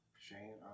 Shane